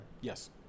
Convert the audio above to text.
Yes